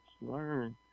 learn